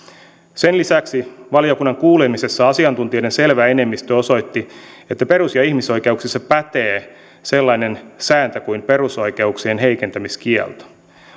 sen lisäksi valiokunnan kuulemisissa asiantuntijoiden selvä enemmistö osoitti että perus ja ihmisoikeuksissa pätee sellainen sääntö kuin perusoikeuksien heikentämiskielto